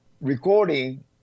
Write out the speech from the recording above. recording